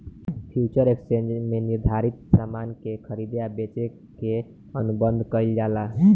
future exchange में निर्धारित सामान के खरीदे आ बेचे के अनुबंध कईल जाला